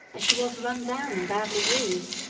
as she was run down and badly used.